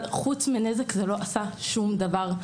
אבל חוץ מנזק זה לא עשה שום דבר.